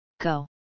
Go